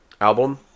Album